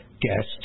guests